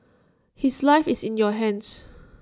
his life is in your hands